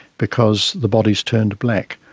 because the bodies turned black.